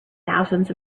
thousands